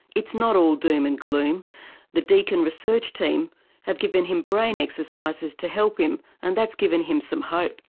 it's not all doom and gloom the deakin research team have given him brain exercises to help him, and that's given him some hope.